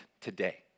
today